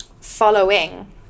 following